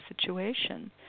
situation